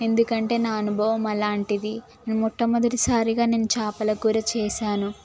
ఎందుకంటే నా అనుభవం అలాంటిది మొట్టమొదటిసారిగా నేను చేపల కూర చేశాను